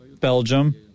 Belgium